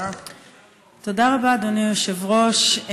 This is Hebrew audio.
תודה רבה, אדוני היושב-ראש.